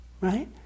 Right